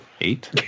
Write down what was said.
Eight